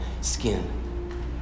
skin